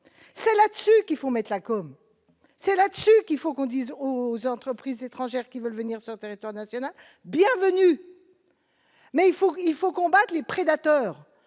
c'est là-dessus qu'il faut mettre la comme c'est là-dessus qu'il faut qu'on disent aux entreprises étrangères qui veulent venir son territoire national bienvenue mais il faut, il faut combattre les prédateurs,